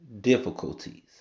difficulties